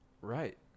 Right